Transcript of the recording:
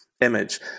image